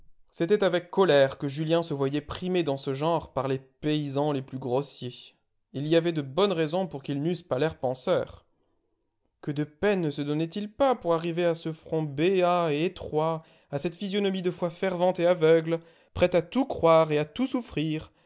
c'était avec colère que julien se voyait primé dans ce genre par les paysans les plus grossiers il y avait de bonnes raisons pour qu'ils n'eussent pas l'air penseur que de peine ne se donnait-il pas pour arriver à ce front béat et étroit à cette physionomie de foi fervente et aveugle prête à tout croire et à tout souffrir